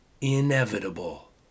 Inevitable